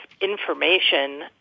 information